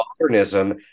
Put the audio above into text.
modernism